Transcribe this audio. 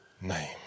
name